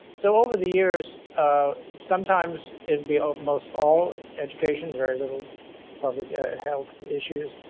so over the years sometimes it'll be almost all education, very little public health issues.